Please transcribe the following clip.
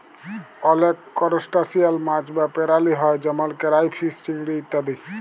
অলেক করসটাশিয়াল মাছ বা পেরালি হ্যয় যেমল কেরাইফিস, চিংড়ি ইত্যাদি